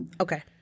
Okay